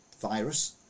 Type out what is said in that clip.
virus